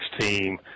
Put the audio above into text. team